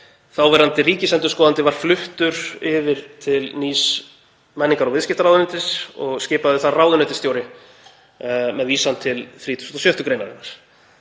þáverandi ríkisendurskoðandi var fluttur yfir til nýs menningar- og viðskiptaráðuneytis og skipaður þar ráðuneytisstjóri með vísan til 36. gr.